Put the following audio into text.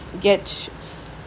get